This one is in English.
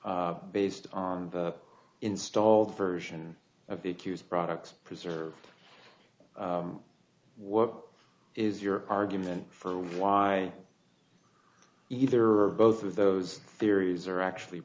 theory based on the installed version of the accused products preserved what is your argument for why either both of those theories are actually